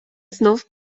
знов